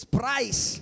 price